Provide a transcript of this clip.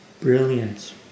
brilliant